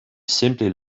simply